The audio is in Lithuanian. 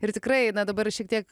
ir tikrai na dabar šiek tiek